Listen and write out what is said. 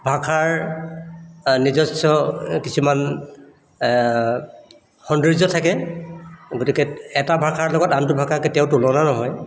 ভাষাৰ নিজস্ব কিছুমান সৌন্দৰ্য থাকে গতিকে এটা ভাষাৰ লগত আনটো ভাষা কেতিয়াও তুলনা নহয়